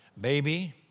Baby